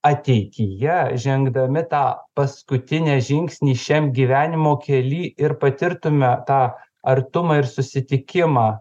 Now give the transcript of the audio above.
ateityje žengdami tą paskutinį žingsnį šiam gyvenimo kely ir patirtume tą artumą ir susitikimą